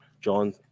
John